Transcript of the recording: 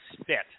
spit